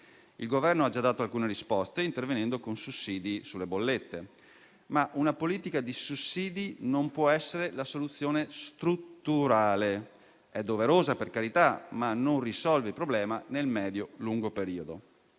Il Governo ha già dato alcune risposte, intervenendo con sussidi sulle bollette. Ma una politica di sussidi non può essere la soluzione strutturale: è doverosa - per carità - ma non risolve il problema nel medio-lungo periodo.